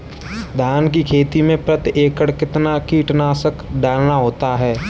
धान की खेती में प्रति एकड़ कितना कीटनाशक डालना होता है?